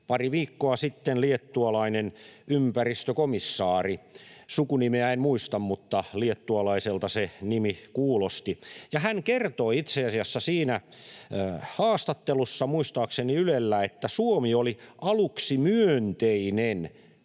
pari viikkoa sitten liettualainen ympäristökomissaari — sukunimeä en muista, mutta liettualaiselta se nimi kuulosti — ja hän kertoi itse asiassa siinä haastattelussa, muistaakseni Ylellä, että Suomi oli aluksi myönteinen